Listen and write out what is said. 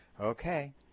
okay